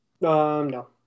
No